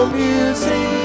music